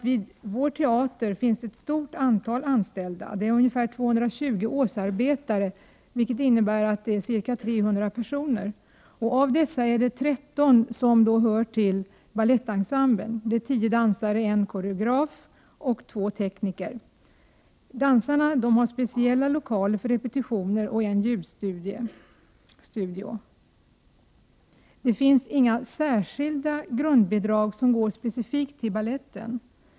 Vid vår teater finns ett stort antal anställda. Det finns ungefär 220 årsarbeten, vilket innebär att det finns ca 300 personer. Av dessa hör 13 till balettensemblen — 10 dansare, 1 koreograf och 2 tekniker. Dansarna har speciella lokaler för repetitioner, och det finns en ljudstudio. Det finns inga särskilda grundbidrag som går specifikt till baletten.